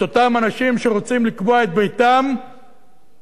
אותם אנשים שרוצים לקבוע את ביתם בשפלה